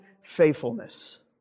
faithfulness